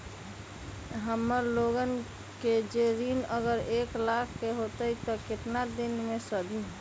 हमन लोगन के जे ऋन अगर एक लाख के होई त केतना दिन मे सधी?